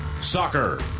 Soccer